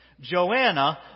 Joanna